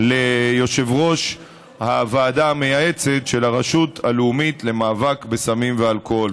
ליושב-ראש הוועדה המייעצת של הרשות הלאומית למאבק בסמים ואלכוהול.